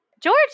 George